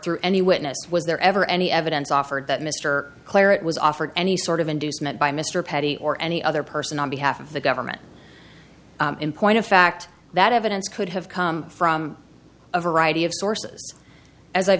through any witness was there ever any evidence offered that mr claridge was offered any sort of inducement by mr petit or any other person on behalf of the government in point of fact that evidence could have come from a variety of sources as i've